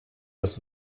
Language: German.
das